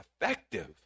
effective